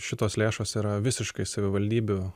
šitos lėšos yra visiškai savivaldybių